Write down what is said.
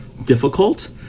difficult